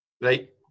Right